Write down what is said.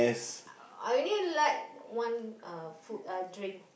I only like one uh food uh drink